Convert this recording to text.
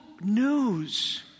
news